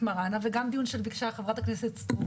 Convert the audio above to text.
מראענה וגם דיון שביקשה חברת הכנסת סטרוק,